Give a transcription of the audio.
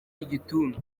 igituntu